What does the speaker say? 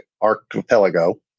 archipelago